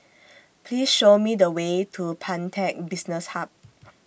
Please Show Me The Way to Pantech Business Hub